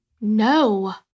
No